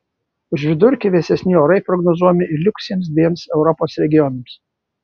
už vidurkį vėsesni orai prognozuojami ir likusiems dviem europos regionams